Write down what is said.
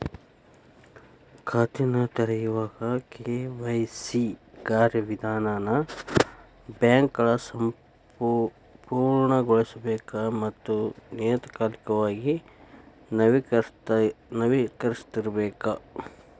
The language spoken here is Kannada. ಖಾತೆನ ತೆರೆಯೋವಾಗ ಕೆ.ವಾಯ್.ಸಿ ಕಾರ್ಯವಿಧಾನನ ಬ್ಯಾಂಕ್ಗಳ ಪೂರ್ಣಗೊಳಿಸಬೇಕ ಮತ್ತ ನಿಯತಕಾಲಿಕವಾಗಿ ನವೇಕರಿಸ್ತಿರಬೇಕ